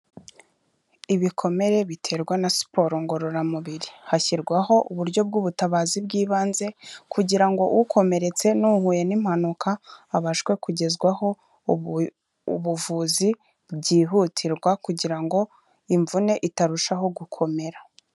Ibikomere biterwa na siporo ngororamubiri, hashyirwaho uburyo bw'ubutabazi bw'ibanze kugira ngo ukomeretse n'uhuye n'impanuka abashe kugezwaho ubuvuzi byihutirwa kugira ngo imvune itarushaho gukomera.